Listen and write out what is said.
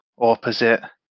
opposite